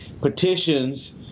petitions